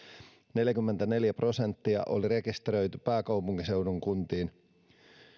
neljäkymmentäneljä prosenttia oli rekisteröity pääkaupunkiseudun kuntiin